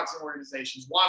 Organizations